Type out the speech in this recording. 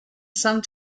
some